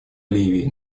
ливии